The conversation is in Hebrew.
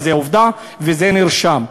וזו עובדה וזה נרשם.